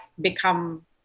become